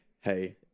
hey